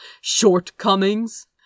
shortcomings